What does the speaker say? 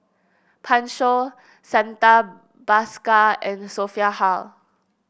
Pan Shou Santha Bhaskar and Sophia Hull